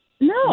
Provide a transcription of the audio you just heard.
No